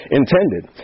intended